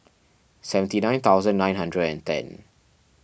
seventy nine thousand nine hundred and ten